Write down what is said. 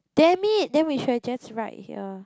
damn it then we should've just write here